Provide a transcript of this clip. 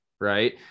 right